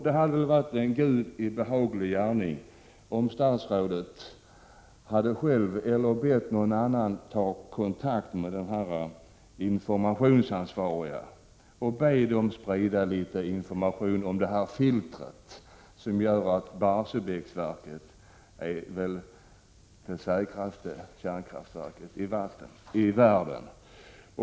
Det hade väl varit en Gudi behaglig gärning om statsrådet själv tagit kontakt med de informationsansvariga — eller bett någon annan göra detta — för att be dem sprida litet information om det här filtret, som gör att Barsebäcksverket är det säkraste kärnkraftverket i världen.